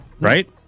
right